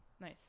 Nice